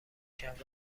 کرد